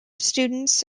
students